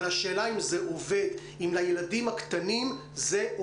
רחלי, מה את יודעת להגיד לנו על הנקודה הזאת?